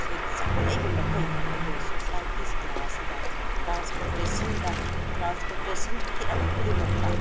ꯆꯥꯎꯈꯠꯂꯛꯏꯕꯃꯈꯩ ꯑꯩꯈꯣꯏꯒꯤ ꯁꯣꯁꯥꯏꯇꯤ ꯁꯃꯥꯖꯁꯤꯗ ꯇꯔꯥꯟꯁꯄꯣꯔꯇꯦꯁꯟꯗ ꯇ꯭ꯔꯥꯟꯁꯄꯣꯔꯇꯦꯁꯟꯒꯤ ꯍꯤꯔꯝ ꯈꯨꯗꯤꯡꯃꯛꯇ